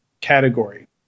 category